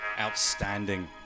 outstanding